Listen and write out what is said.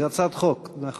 זו הצעת חוק, נכון.